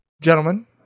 Gentlemen